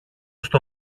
στο